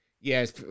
yes